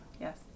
Yes